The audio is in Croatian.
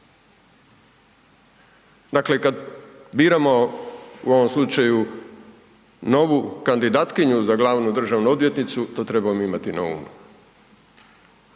Dakle kad biramo, u ovom slučaju novu kandidatkinju za glavnu državnu odvjetnicu, to trebamo imati na umu